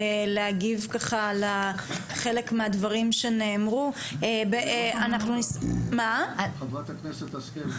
להגיב ככה לחלק מהדברים שנאמרו -- חברת הכנסת השכל.